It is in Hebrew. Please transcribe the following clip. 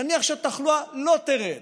נניח שהתחלואה לא תרד,